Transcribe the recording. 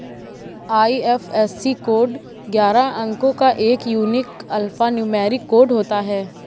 IFSC code ग्यारह अंको का एक यूनिक अल्फान्यूमैरिक कोड होता है